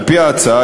על-פי ההצעה,